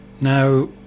Now